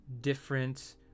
different